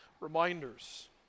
reminders